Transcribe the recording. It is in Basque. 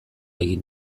egin